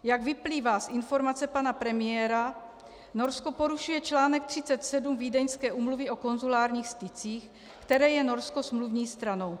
Jak vyplývá z informace pana premiéra, Norsko porušuje čl. 37 Vídeňské úmluvy o konzulárních stycích, které je Norsko smluvní stranou.